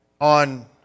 on